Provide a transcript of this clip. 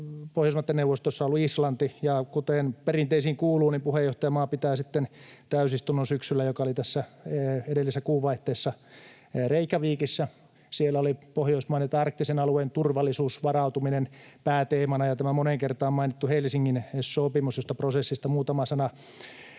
Pohjoismaiden neuvostossa ollut Islanti, ja kuten perinteisiin kuuluu, niin puheenjohtajamaa pitää sitten syksyllä täysistunnon, joka oli tässä edellisen kuun vaihteessa Reykjavíkissa. Siellä pääteemana olivat arktisen alueen turvallisuus, varautuminen ja tämä moneen kertaan mainittu Helsingin sopimus, jonka prosessista muutama sana.